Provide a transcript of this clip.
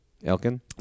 Elkin